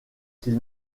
qu’il